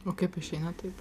o kaip išeina taip